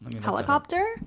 Helicopter